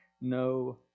no